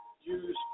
use